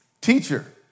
Teacher